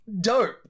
dope